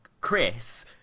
Chris